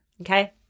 okay